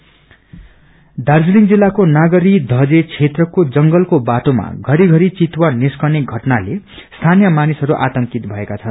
leopard Darjeeling जिल्लाको नागरी षजे क्षेत्रको जंगलको बाटोमा धरीषरी चितुवा निस्कने घटनाले स्थानीय मानिसहरू आतंकित भएका छन्